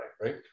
right